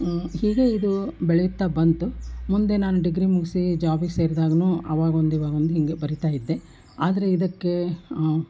ಹೀಗೆ ಇದು ಬೆಳೆಯುತ್ತಾ ಬಂತು ಮುಂದೆ ನಾನು ಡಿಗ್ರಿ ಮುಗಿಸಿ ಜಾಬಿಗೆ ಸೇರಿದಾಗ್ಲು ಆವಾಗ ಒಂದು ಈವಾಗ ಒಂದು ಹೀಗೆ ಬರಿತಾ ಇದ್ದೆ ಆದರೆ ಇದಕ್ಕೆ